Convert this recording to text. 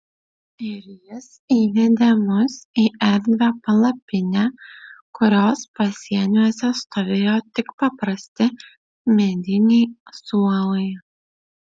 ir jis įvedė mus į erdvią palapinę kurios pasieniuose stovėjo tik paprasti mediniai suolai